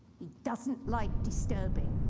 he doesn't like disturbing.